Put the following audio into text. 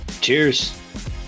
Cheers